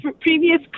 previous